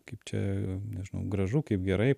kaip čia nežinau gražu kaip gerai